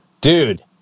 dude